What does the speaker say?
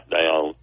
down